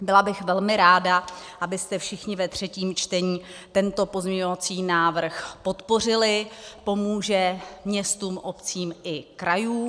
Byla bych velmi ráda, abyste všichni ve třetím čtení tento pozměňovací návrh podpořili, pomůže městům, obcím i krajům.